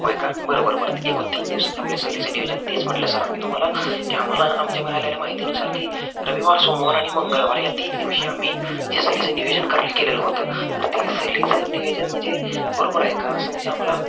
होय का बरं बरं बरं एकूण तीन दिवसाचं आपल्या सहलीचं नियोजन तेच म्हणलं सर आम्ही तुम्हाला की आम्हाला आमच्या मिळालेल्या माहितीनुसार की रविवार सोमवार आणि मंगळवार या तीन दिवशी आम्ही जे सहलीचं नियोजन कर केलेलं होतं तर ते सहलीचं नियोजन म्हणजे बरोबर आहे का समजा आम्हाला